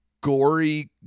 gory